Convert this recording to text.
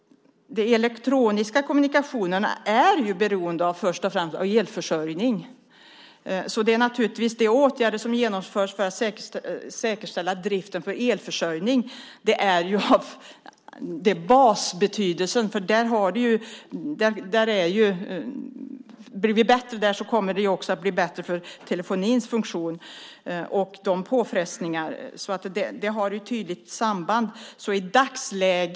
De elektroniska kommunikationerna är ju först och främst beroende av elförsörjning, så de åtgärder som genomförs för att säkerställa driften för elförsörjning är av basbetydelse. Om vi blir bättre där kommer det också att bli bättre för telefonins funktion och de påfrestningarna. Det har ett tydligt samband.